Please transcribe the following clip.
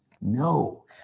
No